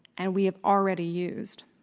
and we have already used.